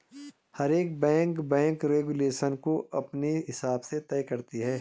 हर एक bank bank regulation को अपने हिसाब से तय करती है